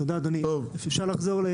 תודה אדוני, אפשר לחזור?